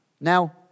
Now